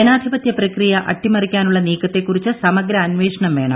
ജനാധിപത്യ പ്രക്രിയ അട്ടിമറിക്കാനുള്ള നീക്കത്തെ കുറിച്ച് സമഗ്ര അന്വേഷണം വേണം